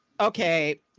Okay